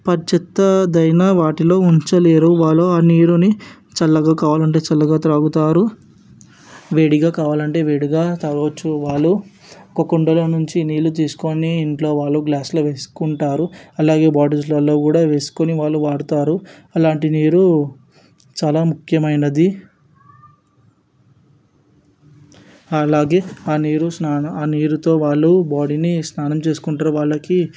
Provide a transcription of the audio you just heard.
పా చెత్త అయిన వాటిని ఉంచలేరు వాళ్ళు ఆ నీరుని చల్లగా కావాలంటే చల్లగా తాగుతారు వేడిగా కావాలంటే వేడిగా తాగొచ్చు వాళ్ళు ఒక కుండలో నుంచి నీళ్లు తీసుకుని ఇంట్లో వాళ్ళు గ్లాస్లో వేసుకుంటారు అలాగే బాటిల్స్లో ఉన్నా కూడా వేసుకొని వాళ్ళు వాడతారు అలాంటి నీరు చాలా ముఖ్యమైనది అలాగే ఆ నీరు స్నానం ఆ నీరుతో వాళ్ళు బాడీని స్నానం చేసుకుంటారు వాళ్ళకి